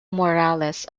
morales